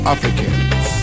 Africans